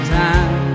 time